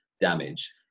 damage